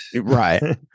right